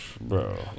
Bro